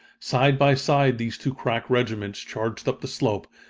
side by side these two crack regiments charged up the slope,